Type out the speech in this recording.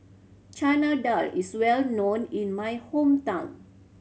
Chana Dal is well known in my hometown